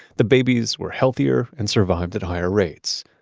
the babies were healthier and survived at higher rates.